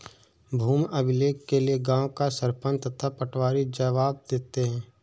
भूमि अभिलेख के लिए गांव का सरपंच तथा पटवारी जवाब देते हैं